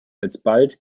alsbald